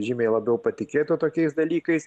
žymiai labiau patikėtų tokiais dalykais